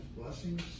blessings